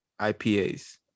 IPAs